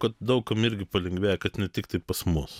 kad daug kam irgi palengvėjo kad ne tiktai pas mus